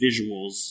visuals